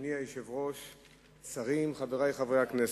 אדוני היושב-ראש, שרים, חברי חברי הכנסת,